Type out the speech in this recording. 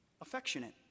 Affectionate